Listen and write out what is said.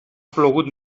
plogut